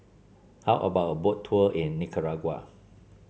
how about a Boat Tour in Nicaragua